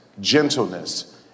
gentleness